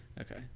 Okay